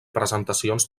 presentacions